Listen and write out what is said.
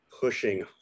pushing